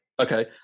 Okay